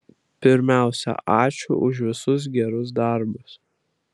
pirmiausia ačiū už visus gerus darbus